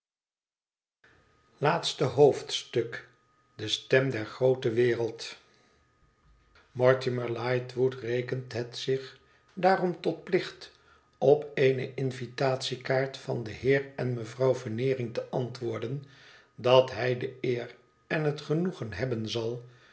laatste hoofdstuk de stem der groote wereld mortimer lightwood rekent het zich daarom tot plicht op eene invitatiekaart van den heer en mevrouw veneering te antwoorden dat hij de eer en het genoegen hebben zal